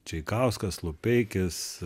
čaikauskas lupeikis